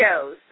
shows